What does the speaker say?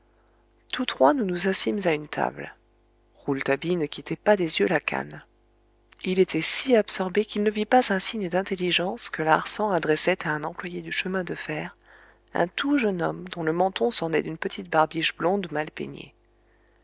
tous trois nous nous assîmes à une table rouletabille ne quittait pas des yeux la canne il était si absorbé qu'il ne vit pas un signe d'intelligence que larsan adressait à un employé du chemin de fer un tout jeune homme dont le menton s'ornait d'une petite barbiche blonde mal peignée